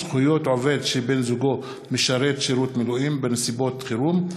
זכויות עובד שבן-זוגו משרת שירות מילואים בנסיבות חירום),